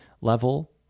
level